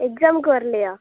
எக்ஸாம்க்கு வரலையா